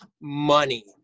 money